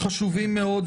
חשובים מאוד,